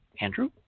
Andrew